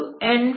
22nn